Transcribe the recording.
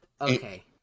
okay